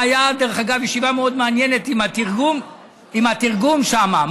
הייתה, דרך אגב, ישיבה מאוד מעניינת עם התרגום שם.